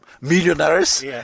millionaires